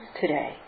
today